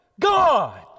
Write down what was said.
God